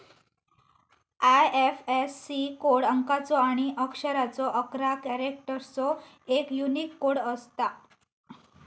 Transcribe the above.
IFSC code अंकाचो आणि अक्षरांचो अकरा कॅरेक्टर्सचो एक यूनिक कोड असता